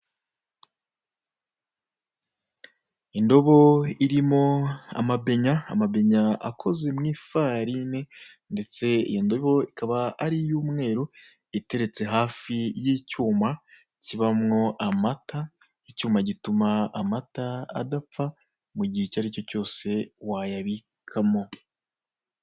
Indobo irimo amabenya, amabenya akoze mu ifarine, ndetse iyo ndobo ikaba ari iy'umeru, iteretse hafi y'icyuma kibamo amata, icyuma gituma amata adapfa mu gihe icyo aricyo cyose wayabikamo.